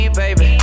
baby